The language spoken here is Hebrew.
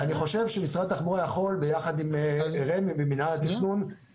ואני חושב שמשרד התחבורה יכול ביחד עם רשות מקרקעי ישראל ומינהל התכנון,